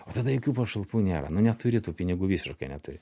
o tada jokių pašalpų nėra nu neturi tų pinigų visiškai neturi